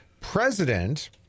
president